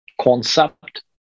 concept